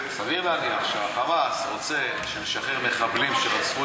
סביר להניח שה"חמאס" רוצה שנשחרר מחבלים שרצחו